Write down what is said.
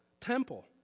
temple